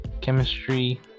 chemistry